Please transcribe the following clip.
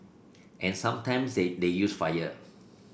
and sometimes they they use fire